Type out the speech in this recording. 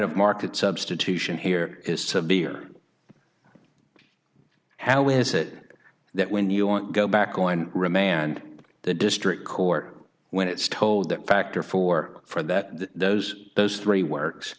of market substitution here is severe how is it that when you won't go back on remand the district court when it's told that factor for for that those those three works